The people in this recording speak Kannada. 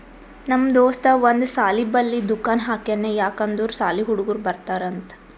ನಮ್ ದೋಸ್ತ ಒಂದ್ ಸಾಲಿ ಬಲ್ಲಿ ದುಕಾನ್ ಹಾಕ್ಯಾನ್ ಯಾಕ್ ಅಂದುರ್ ಸಾಲಿ ಹುಡುಗರು ಬರ್ತಾರ್ ಅಂತ್